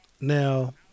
Now